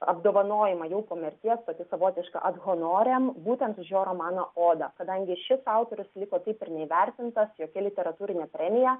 apdovanojimą jau po mirties tokį savotišką at honorem būtent už jo romaną oda kadangi šis autorius liko taip ir neįvertintas jokia literatūrine premija